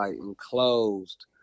enclosed